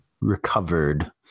recovered